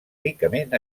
ricament